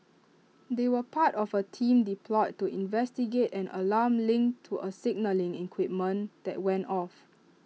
they were part of A team deployed to investigate an alarm linked to A signalling equipment that went off